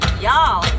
Y'all